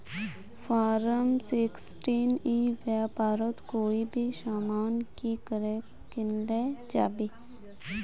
Form sixteen ई व्यापारोत कोई भी सामान की करे किनले जाबे?